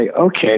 okay